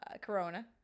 corona